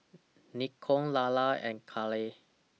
Nikko Lalla and Kale